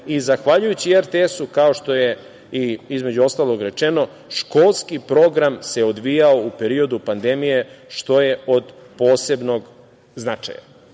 Zahvaljujući RTS-u, kao što je, između ostalog rečeno, školski program se odvijao u periodu pandemije, što je od posebnog značaja. Kada